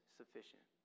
sufficient